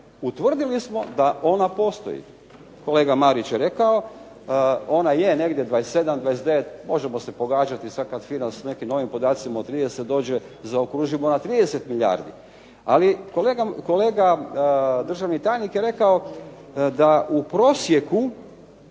utvrdili smo da ona postoji. Kolega Marić je rekao ona je negdje 27, 29, možemo se pogađati sad kad "FINA" s nekim novim podacima od 30 dođe, zaokružimo na 30 milijardi. Ali kolega državni tajnik je rekao da u prosjeku